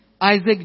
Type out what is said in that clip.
Isaac